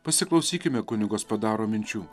pasiklausykime kunigo spadaro minčių